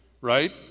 right